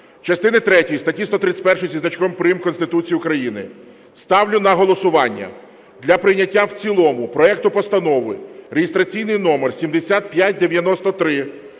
третьої статті 131 зі значком прим. Конституції України ставлю на голосування для прийняття в цілому проекту Постанови (реєстраційний номер 7593)